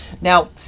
Now